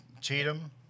Cheatham